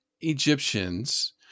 Egyptians